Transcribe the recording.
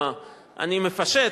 אני מפשט,